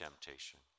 temptation